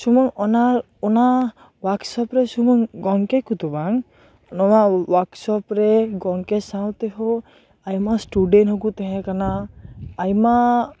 ᱥᱩᱢᱩᱝ ᱚᱱᱟ ᱚᱱᱟ ᱳᱭᱟᱠᱥᱚᱯ ᱨᱮ ᱥᱩᱢᱩᱝ ᱜᱚᱢᱠᱮ ᱠᱚᱫᱚ ᱵᱟᱝ ᱱᱚᱣᱟ ᱚᱭᱟᱠᱥᱚᱯ ᱨᱮ ᱜᱚᱢᱠᱮ ᱥᱟᱶ ᱛᱮᱦᱚᱸ ᱟᱭᱢᱟ ᱤᱥᱴᱩᱰᱮᱱᱴ ᱦᱚᱸ ᱠᱚ ᱛᱟᱦᱮᱸ ᱠᱟᱱᱟ ᱟᱭᱢᱟ